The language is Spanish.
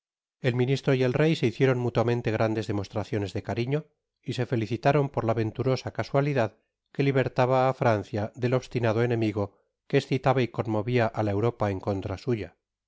el ministro y el rey se hicieron mutuamente grandes demostraciones de cariño y se felicitaron por la venturosa casualidad que libertaba á la francia del obslinado enemigo que escitaba y conmovia á la europa en contra suya